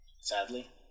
Sadly